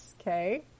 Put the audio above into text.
Okay